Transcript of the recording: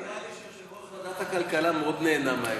אבל נראה לי שיושב-ראש ועדת הכלכלה מאוד נהנה מהאירוע.